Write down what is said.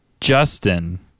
Justin